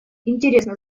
интересно